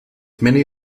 many